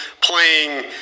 playing